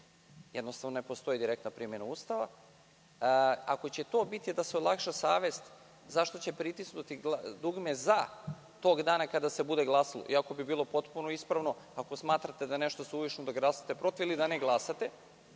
Jednostavno, ne postoji direktna primena Ustava. Ako će to biti da se olakša savest zašto će pritisnuti dugme za tog dana kada se bude glasalo, iako bi bilo potpuno ispravno, ako smatrate da je nešto suvišno, da glasate protiv ili da ne glasate,